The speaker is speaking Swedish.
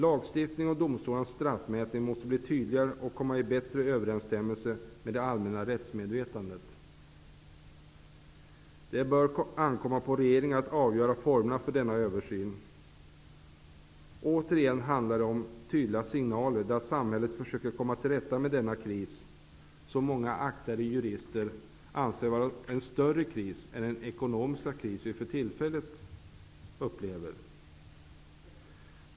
Lagstiftningen och domstolarnas straffmätning måste bli tydligare och komma i bättre överensstämmelse med det allmänna rättsmedvetandet. Det bör ankomma på regeringen att avgöra formerna för denna översyn. Återigen handlar det om tydliga signaler där samhället försöker komma till rätta med denna kris som många aktade jurister anser vara en större kris än den ekonomiska kris som vi för tillfället upplever.